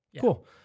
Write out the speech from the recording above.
Cool